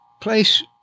place